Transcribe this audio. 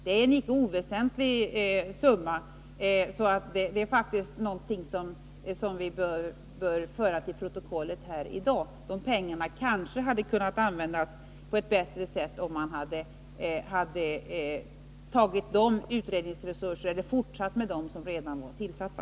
Det är en icke oväsentlig summa och något som vi bör föra till protokollet. De pengarna hade kanske kunnat användas på ett bättre sätt om man fortsatt att arbeta med de utredningar som redan var tillsatta.